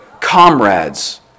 comrades